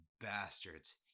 bastards